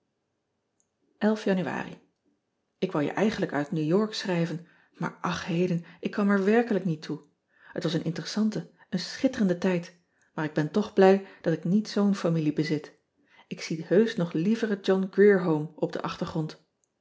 anuari k wou je eigenlijk uit ew ork schrijven maar ach heden ik kwam er werkelijk niet toe et was een interessante een schitterende tijd maar ik ben toch blij dat ik niet zoo n familie bezit k zie heusch nog liever het ohn rier ome op den achtergrond